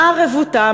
מה הרבותא?